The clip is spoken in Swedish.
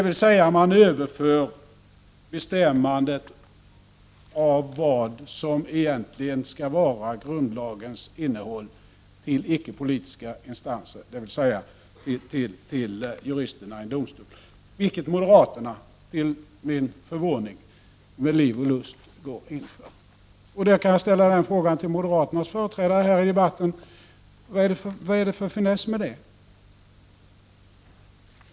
Då överförs bestämmandet av vad som egentligen skall vara grundlagens innehåll till icke politiska instanser, dvs. till juristerna i en domstol, vilket moderaterna till min förvåning med liv och lust går in för. Jag kan ställa denna fråga till moderaternas företrädare här i debatten: Vad är det för finess med detta?